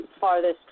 farthest